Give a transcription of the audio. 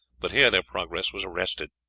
but here their progress was arrested.